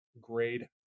grade